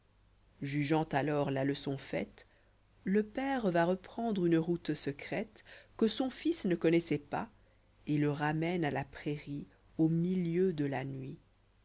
jugeant alors là leçon faite le père va reprendre ùrië rbùïe'sëcrèté que sori fils rie cbrinoîs'sbitpas et le ramène à là pràïfiè au milieu de la nuit'dès'qu'é'notre